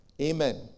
Amen